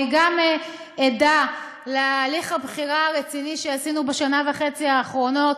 כי היא גם עדה להליך הבחירה הרציני שעשינו בשנה וחצי האחרונות.